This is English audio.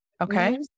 Okay